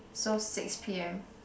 so six p_m